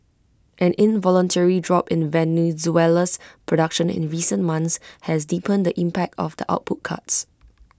an involuntary drop in Venezuela's production in recent months has deepened the impact of the output cuts